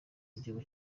igihugu